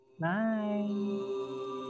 Bye